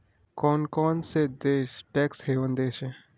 कौन कौन से देश टैक्स हेवन देश हैं?